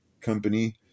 company